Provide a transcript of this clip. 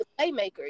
playmaker